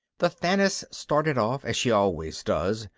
the thaness started off, as she always does,